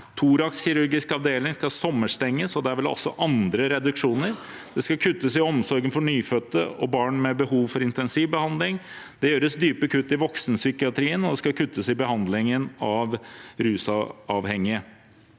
Thoraxkirurgisk avdeling skal sommerstenge, og det er vel også andre reduksjoner. Det skal kuttes i omsorgen for nyfødte og barn med behov for intensivbehandling. Det gjøres dype kutt i voksenpsykiatrien, og det skal kuttes i behandlingen av rusavhengige.